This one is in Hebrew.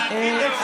הינה,